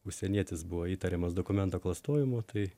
užsienietis buvo įtariamas dokumento klastojimu tai